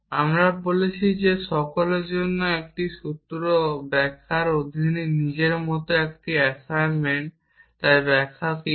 আমরা বলছি যে সকলের জন্য একটি সূত্র একটি ব্যাখ্যার অধীনে নিজের মতো একটি অ্যাসাইনমেন্ট তাই ব্যাখ্যাটি কী করে